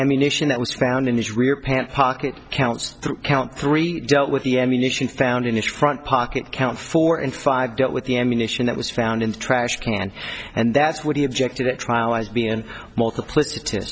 ammunition that was found in these rear pants pocket counts count three dealt with the ammunition found in his front pocket count four and five dealt with the ammunition that was found in the trash can and that's what he objected at trial as being a multiplic